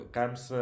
comes